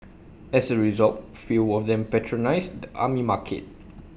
as A result fewer of them patronise the Army Market